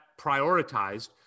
prioritized